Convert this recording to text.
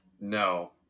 No